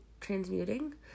transmuting